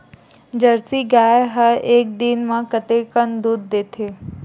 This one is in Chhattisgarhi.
जर्सी गाय ह एक दिन म कतेकन दूध देथे?